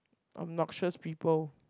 obnoxious people